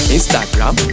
Instagram